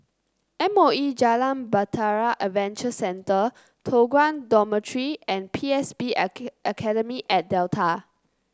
M O E Jalan Bahtera Adventure Centre Toh Guan Dormitory and P S B Academy at Delta